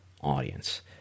audience